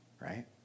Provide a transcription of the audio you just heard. Right